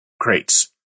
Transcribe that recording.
Crates